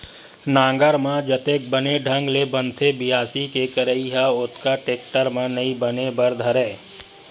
नांगर म जतेक बने ढंग ले बनथे बियासी के करई ह ओतका टेक्टर म नइ बने बर धरय